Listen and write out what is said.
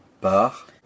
par